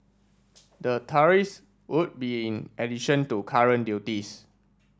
the tariffs would be in addition to current duties